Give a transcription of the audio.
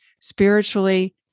spiritually